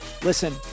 Listen